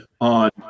on